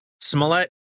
Smollett